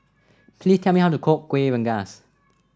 please tell me how to cook Kuih Rengas